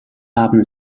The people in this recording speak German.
haben